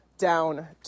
down